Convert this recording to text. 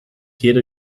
jede